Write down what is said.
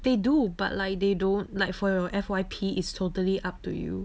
they do but like they don't like for your F_Y_P is totally up to you